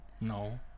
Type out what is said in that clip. No